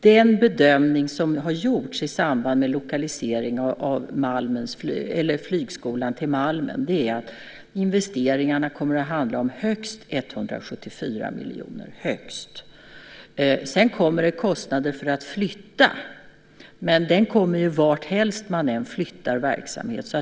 Den bedömning som har gjorts i samband med lokalisering av flygskolan till Malmen är att investeringarna kommer att handla om högst 174 miljoner. Det är högst. Sedan kommer kostnader för att flytta. De kommer ju varthelst man än flyttar verksamheten.